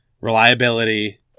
reliability